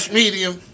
medium